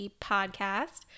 Podcast